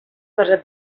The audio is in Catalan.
per